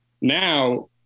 now